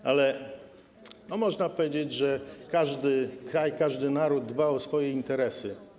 No, ale można powiedzieć, że każdy kraj, każdy naród dba o swoje interesy.